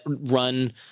run